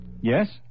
Yes